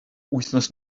wythnos